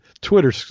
Twitter